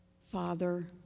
father